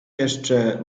jeszcze